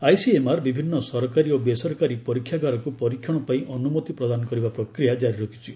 ICMR ବିଭିନ୍ନ ସରକାରୀ ଓ ବେସରକାରୀ ପରୀକ୍ଷାଗାରକୁ ପରୀକ୍ଷଣ ପାଇଁ ଅନୁମତି ପ୍ରଦାନ କରିବା ଜାରି ରଖିଛି